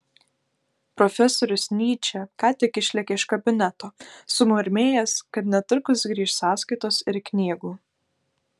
profesorius nyčė ką tik išlėkė iš kabineto sumurmėjęs kad netrukus grįš sąskaitos ir knygų